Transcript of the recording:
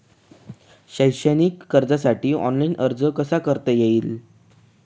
शैक्षणिक कर्जासाठी ऑनलाईन अर्ज कसा करता येईल?